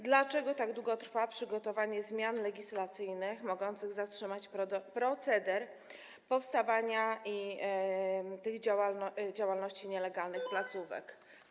Dlaczego tak długo trwa przygotowanie zmian legislacyjnych mogących zatrzymać proceder powstawania i działalności nielegalnych placówek?